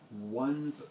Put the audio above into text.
one